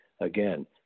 again